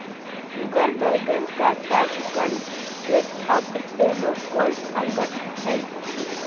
उगर वैगन का typical setup एगो कोर्स अंगठ हइ